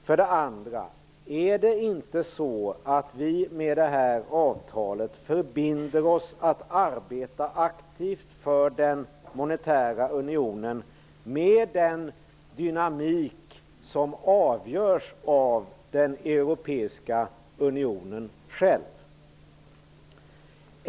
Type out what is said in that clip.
För det andra: Är det inte så, att vi med detta avtal förbinder oss att arbeta aktivt för den monetära unionen med den dynamik som den europeiska unionen själv avgör?